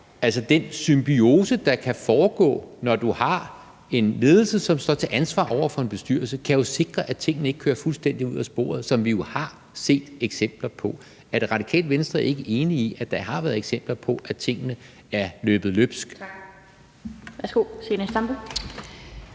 at den symbiose, der kan foregå, når du har en ledelse, som står til ansvar over for en bestyrelse, jo kan sikre, at tingene ikke kører fuldstændig af sporet, hvad vi jo har set eksempler på. Er det Radikale Venstre ikke enige i, at der har været eksempler på, at tingene er løbet løbsk? Kl. 13:23 Den fg.